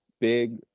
big